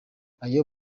ayo